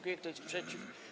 Kto jest przeciw?